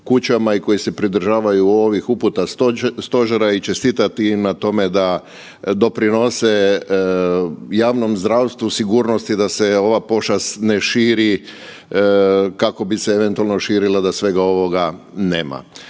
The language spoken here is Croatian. i koji se pridržavaju ovih uputa stožera i čestitati im na tome da doprinose javnom zdravstvu, sigurnosti da se ova pošast ne širi kako bi se eventualno širila da svega ovoga nema.